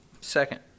Second